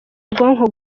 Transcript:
ubwonko